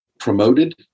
Promoted